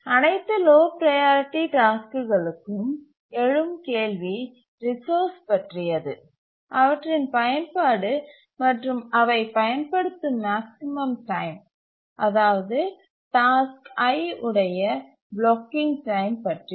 அனைத்து low priority டாஸ்க்குகளுக்கும் எழும் கேள்வி ரிசோர்ஸ் பற்றியது அவற்றின் பயன்பாடு மற்றும் அவை பயன்படுத்தும் மேக்ஸிமம் டைம் அதாவது டாஸ்க் i உடைய பிளாக்கிங் டைம் பற்றியது